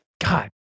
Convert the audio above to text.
God